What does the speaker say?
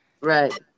right